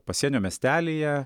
pasienio miestelyje